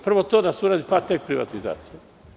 Prvo to da se uradi, pa tek privatizacija.